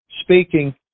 speaking